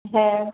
হ্যাঁ